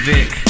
Vic